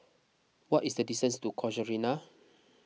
what is the distance to Casuarina